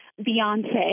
Beyonce